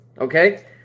Okay